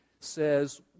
says